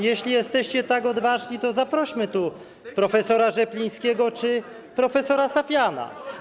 Jeśli jesteście tak odważni, to zaprośmy tu prof. Rzeplińskiego czy prof. Safjana.